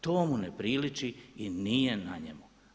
To mu ne priliči i nije na njemu.